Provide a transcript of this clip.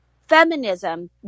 feminism